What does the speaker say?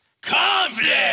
Conflict